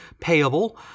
payable